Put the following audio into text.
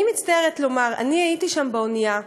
אני מצטערת לומר: אני הייתי שם, באונייה,